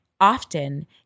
Often